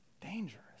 dangerous